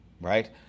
right